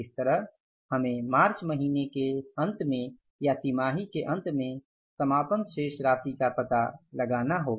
इस तरह हमें मार्च महीने के अंत में या तिमाही के अंत में समापन शेष राशि का पता लगाना होगा